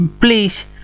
please